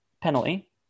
penalty